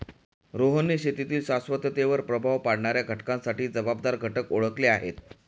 रोहनने शेतीतील शाश्वततेवर प्रभाव पाडणाऱ्या घटकांसाठी जबाबदार घटक ओळखले आहेत